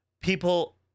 people